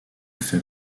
fait